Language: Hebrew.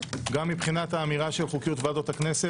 גם מבחינת האמירה של חוקיות ועדות הכנסת